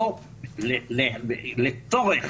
לצורך